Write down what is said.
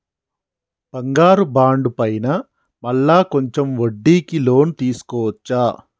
బంగారు బాండు పైన మళ్ళా కొంచెం వడ్డీకి లోన్ తీసుకోవచ్చా?